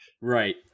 right